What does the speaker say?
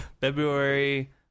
February